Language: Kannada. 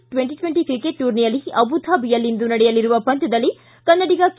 ಟ್ವೆಂಟಿ ಟ್ವೆಂಟಿ ಕ್ರಿಕೆಟ್ ಟೂರ್ನಿಯಲ್ಲಿ ಆಬುಧಾಬಿಯಲ್ಲಿಂದು ನಡೆಯಲಿರುವ ಪಂದ್ಯದಲ್ಲಿ ಕನ್ನಡಿಗ ಕೆ